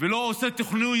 ולא עושה תוכנית